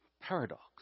paradox